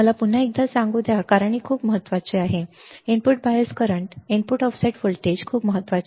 मला पुन्हा एकदा पुन्हा सांगू द्या कारण हे खूप महत्वाचे आहे input bias current input offset voltage खूप महत्वाचे